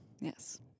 Yes